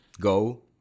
go